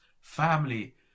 family